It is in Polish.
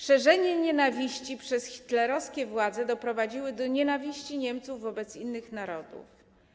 Szerzenie nienawiści przez hitlerowskie władze doprowadziło do wrogości Niemców wobec innych narodów.